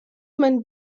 man